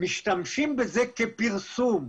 משתמשים בזה כפרסום.